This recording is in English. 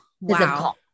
Wow